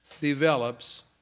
develops